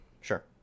Sure